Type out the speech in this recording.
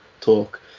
talk